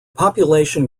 population